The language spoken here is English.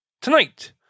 Tonight